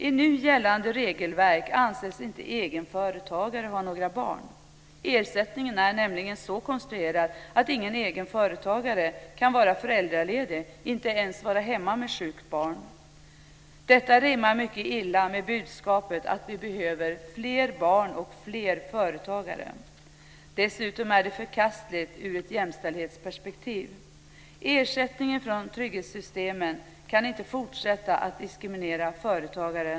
I nu gällande regelverk anses inte egenföretagare ha några barn. Ersättningen är nämligen så konstruerad att ingen egenföretagare kan vara föräldraledig och inte ens vara hemma med sjukt barn. Detta rimmar mycket illa med budskapet att vi behöver fler barn och fler företagare. Dessutom är det förkastligt ur ett jämställdhetsperspektiv. Ersättningen från trygghetssystemen kan inte fortsätta att diskriminera företagare.